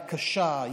היא קשה,